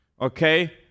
okay